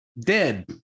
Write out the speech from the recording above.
dead